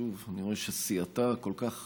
שוב, אני רואה שסיעתה כל כך